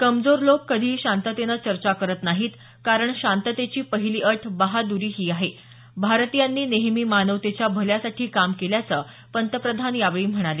कमजोर लोक कधीही शांततेनं चर्चा करत नाही कारण शांततेची पहिली अट बहाद्री आहे भारतीयांनी नेहमी मानवतेच्या भल्यासाठी काम केल्याचं पंतप्रधान म्हणाले